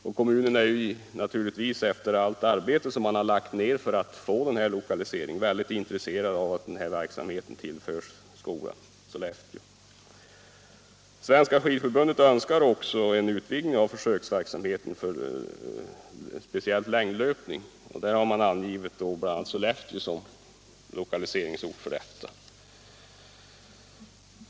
Och kommunen är naturligtvis, efter allt arbete man har lagt ned för att få den här lokaliseringen, väldigt intresserad av att den här verksamheten tillförs skolan i Sollefteå. Svenska skidförbundet önskar också en utvidgning av försöksverksamheten när det gäller speciellt längdlöpning och har angett bl.a. Sollefteå som 1okaliseringsort för denna.